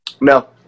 No